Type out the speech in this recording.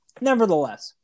Nevertheless